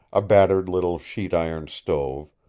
a battered little sheet-iron stove,